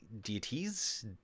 deities